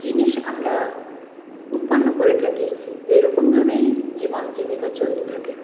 জিনিস আমরা উৎপন্ন করে থাকি এরকমভাবেই জীবন জীবিকা চলতে থাকে